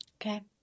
Okay